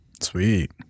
Sweet